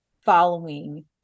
following